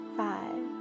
five